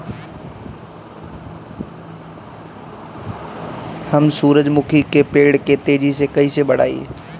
हम सुरुजमुखी के पेड़ के तेजी से कईसे बढ़ाई?